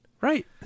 Right